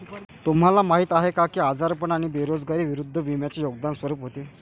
तुम्हाला माहीत आहे का की आजारपण आणि बेरोजगारी विरुद्ध विम्याचे योगदान स्वरूप होते?